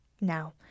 Now